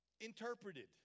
interpreted